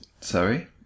Sorry